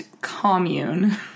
commune